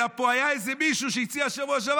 אלא פה היה איזה מישהו שהציע בשבוע שעבר